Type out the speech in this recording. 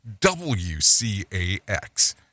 WCAX